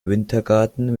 wintergarten